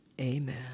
Amen